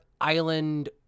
island